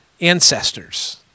ancestors